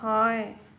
হয়